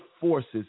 forces